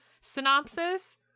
synopsis